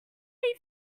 they